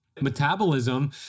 metabolism